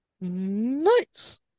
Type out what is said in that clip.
Nice